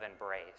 embrace